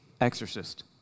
exorcist